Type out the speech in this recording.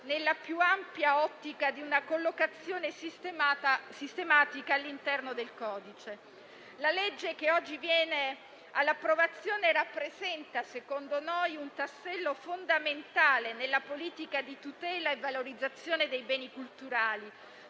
nella più ampia ottica di una collocazione sistematica all'interno del codice. Il disegno di legge oggi in approvazione rappresenta secondo noi un tassello fondamentale nella politica di tutela e valorizzazione dei beni culturali,